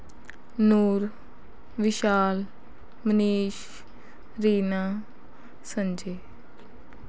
Noor Vishal Manish Reena Sanjay